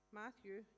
matthew